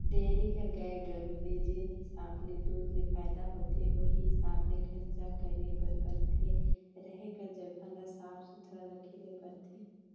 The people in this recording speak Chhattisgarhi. डेयरी कर गाय गरू ले जेन हिसाब ले दूद ले फायदा होथे उहीं हिसाब ले खरचा करे बर परथे, रहें कर जघा ल साफ सुथरा रखे ले परथे